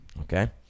Okay